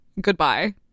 goodbye